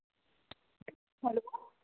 hello